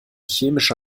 chemische